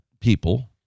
people